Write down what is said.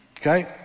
Okay